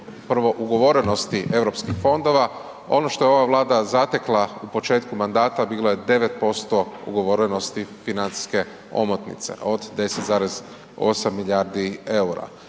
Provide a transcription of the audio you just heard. prvo ugovorenosti Europskih fondova, ono što je ova Vlada zatekla u početku mandata bilo je 9% ugovorenosti financijske omotnice od 10,8 milijardi EUR-a,